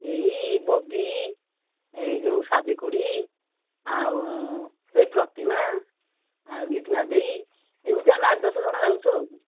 ଏଇ ବବି ଏଇ ଯୋଉ ସାବିଖୁଡ଼ି ଆଉ ଏଇ ପ୍ରତିମା ଆଉ ଗୀତା ଦେଇ ଏମିତି ଆମେ ଆଠ ଦଶ ଜଣ ଯାଉଛୁ ଆଉ